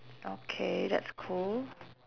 okay that's cool